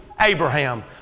Abraham